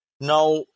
Now